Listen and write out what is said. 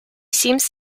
seems